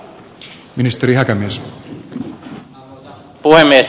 arvoisa puhemies